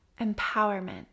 empowerment